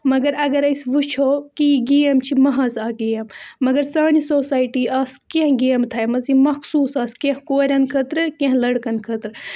مگر اگر أسۍ وٕچھو کہِ یہِ گیم چھِ محض اَکھ گیم مگر سانہِ سوسایٹی آسہٕ کیٚنٛہہ گیمہٕ تھایمَژ یِم مخصوٗص آسہِ کیٚنٛہہ کورٮ۪ن خٲطرٕ کیٚنٛہہ لٔڑکَن خٲطرٕ